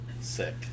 Sick